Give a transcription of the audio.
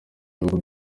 ibihugu